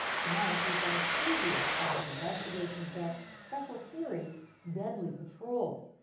tonight we've got a preview of the investigation's desk special series deadly patrols.